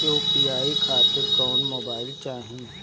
UPI खातिर कौन mobile चाहीं?